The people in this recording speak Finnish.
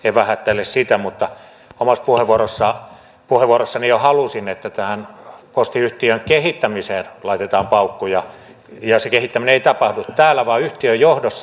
en vähättele sitä mutta omassa puheenvuorossani jo halusin että tähän posti yhtiön kehittämiseen laitetaan paukkuja ja se kehittäminen ei tapahdu täällä vaan yhtiön johdossa